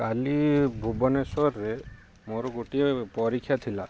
କାଲି ଭୁବନେଶ୍ୱରରେ ମୋର ଗୋଟିଏ ପରୀକ୍ଷା ଥିଲା